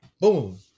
boom